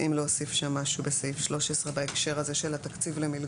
להוסיף שם משהו בסעיף 13 בהקשר הזה של התקציב למלגות.